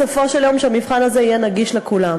המטרה היא בסופו של יום שהמבחן הזה יהיה נגיש לכולם.